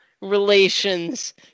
relations